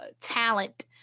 talent